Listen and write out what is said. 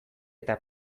eta